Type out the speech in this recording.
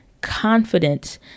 confidence